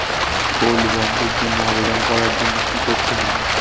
Gold বন্ডের জন্য আবেদন করার জন্য কি করতে হবে?